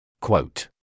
Quote